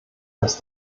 dass